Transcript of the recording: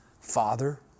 Father